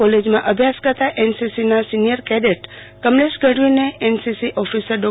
કોલેજમાં અભ્યાસ કરતા એનસીસી ના સિનિયર કેડેટ કમલેશ ગઢવીને એનસીસી ઓફીસર ડો